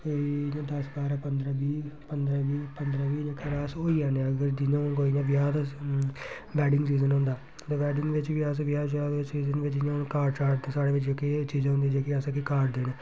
कोई इयां दस बारां पंदरां बीह् पदरां बीह् घरा अस होई जन्ने आं अगर जियां हून कोई ब्याह् तुस वैडिंग सीजन होंदा ते वैडिंग बी बिच्च अस ब्याह् श्याह् सीजन बिच्च हून जियां कार्ड शार्ड साढ़े बिच्च एह् चीज़ां होंदियां जेह्के कि अस कार्ड देने